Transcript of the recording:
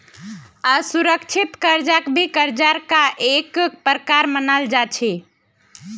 असुरिक्षित कर्जाक भी कर्जार का एक प्रकार मनाल जा छे